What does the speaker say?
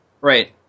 Right